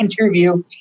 interview